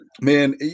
man